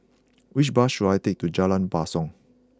which bus should I take to Jalan Basong